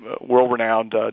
world-renowned